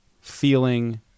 feeling